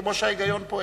כמו שההיגיון פועל.